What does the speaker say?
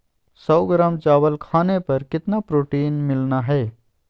सौ ग्राम चावल खाने पर कितना प्रोटीन मिलना हैय?